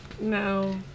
No